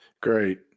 Great